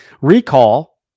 Recall